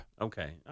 Okay